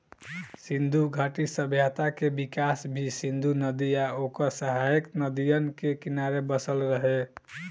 सिंधु घाटी सभ्यता के विकास भी सिंधु नदी आ ओकर सहायक नदियन के किनारे बसल रहे